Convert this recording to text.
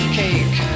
cake